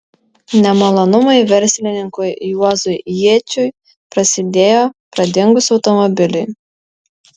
nemalonumai verslininkui juozui jėčiui prasidėjo pradingus automobiliui